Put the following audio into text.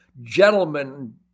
gentlemen